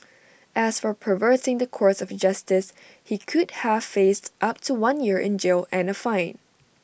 as for perverting the course of justice he could have faced up to one year in jail and A fine